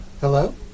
Hello